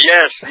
Yes